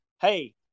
hey